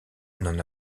n’en